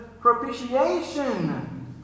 Propitiation